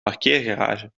parkeergarage